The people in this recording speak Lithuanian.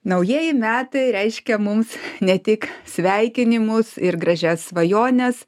naujieji metai reiškia mums ne tik sveikinimus ir gražias svajones